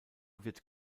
wird